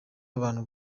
abantu